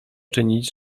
czynić